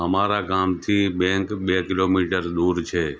અમારા ગામથી બેંક બે કિલોમીટર દૂર છે